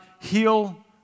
heal